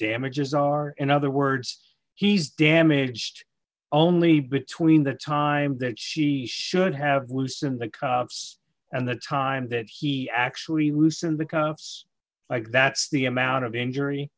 damages are in other words he's damaged only between the time that she should have loosened the cobs and the time that he actually loosened because it's like that's the amount of injury